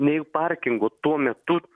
nei parkingų tuo metu